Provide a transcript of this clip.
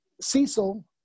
Cecil